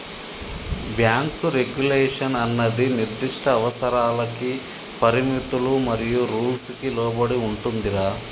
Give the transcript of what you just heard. bank regulation అన్నది నిర్దిష్ట అవసరాలకి పరిమితులు మరియు రూల్స్ కి లోబడి ఉంటుందిరా